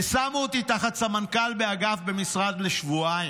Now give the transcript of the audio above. ושמו אותי תחת סמנכ"ל באגף אחר במשרד לשבועיים.